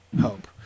hope